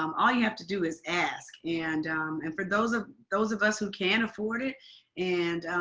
um all you have to do is ask. and and for those of those of us who can afford it and